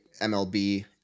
MLB